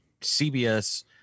CBS